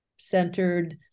centered